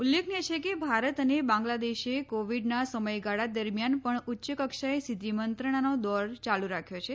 ઉલ્લેખનિય છે કે ભારત અને બાંગ્લાદેશે કોવિડના સમયગાળા દરમિયાન પણ ઉચ્ચકક્ષાએ સીધી મંત્રણાનો દોર ચાલુ રાખ્યો છે